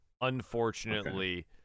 unfortunately